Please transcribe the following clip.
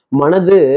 manade